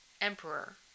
Emperor